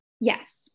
Yes